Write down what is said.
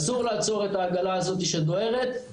אסור לעצור את העגלה הזאת שדוהרת,